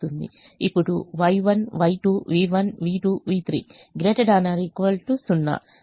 ఇప్పుడు Y1 Y2 v1 v2 v3 ≥ 0